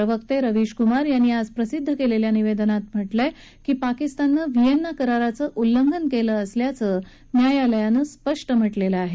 प्रवक्ते रविश कुमार यांनी आज प्रसिद्ध केलेल्या निवेदनात म्हटलंय की पाकिस्ताननं व्हिएन्ना कराराचं उल्लंघन केलं असल्याचं न्यायालयानं स्पष्ट म्हटलेलं आहे